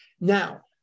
now